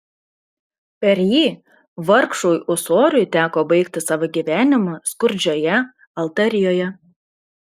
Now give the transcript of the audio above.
per jį vargšui ūsoriui teko baigti savo gyvenimą skurdžioje altarijoje